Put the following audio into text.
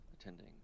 attending